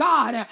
God